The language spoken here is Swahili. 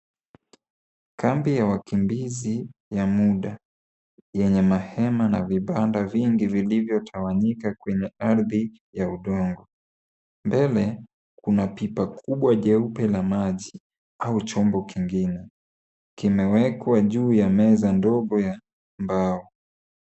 Kambi ya wakimbizi ya muda yenye hema na vibanda vimgi vilivyotawanyika kwenye ardhi ya udongo. Mbele kuna pipa kubwa jeupe la maji au chombo kingine kimewekwa juu ya meza ndogo ya mbao.